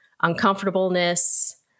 Uncomfortableness